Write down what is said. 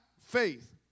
faith